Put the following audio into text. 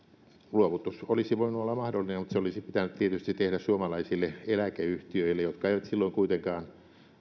luovutus olisi voinut olla mahdollinen mutta se olisi pitänyt tietysti tehdä suomalaisille eläkeyhtiöille jotka eivät silloin kuitenkaan